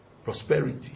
prosperity